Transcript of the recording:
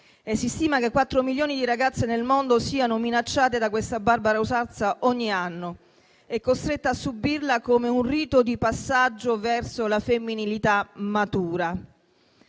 si stima che quattro milioni di ragazze nel mondo siano minacciate da questa barbara usanza ogni anno e costrette a subirla come un rito di passaggio verso la femminilità matura.